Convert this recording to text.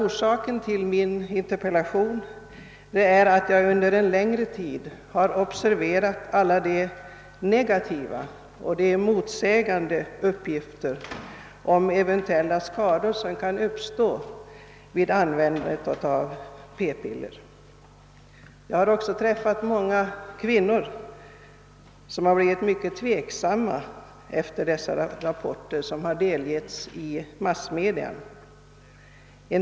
Orsaken till min interpellation är att jag under en längre tid har observerat alla de negativa och motsägande uppgifterna om eventuella skador som kan uppstå vid användandet av p-piller. Jag har också träffat många kvinnor som har blivit mycket tveksamma efter de rapporter som har lämnats i massmedia.